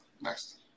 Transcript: next